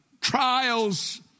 trials